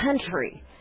country